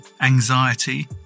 anxiety